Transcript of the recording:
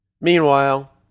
Meanwhile